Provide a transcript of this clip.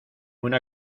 una